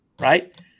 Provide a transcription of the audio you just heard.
right